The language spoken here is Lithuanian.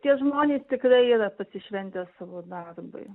tie žmonės tikrai yra pasišventę savo darbui